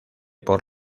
por